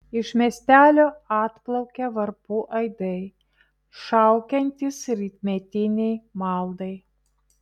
iš miestelio atplaukia varpų aidai šaukiantys rytmetinei maldai